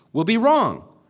will be wrong.